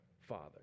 Father